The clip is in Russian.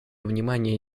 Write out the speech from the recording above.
внимание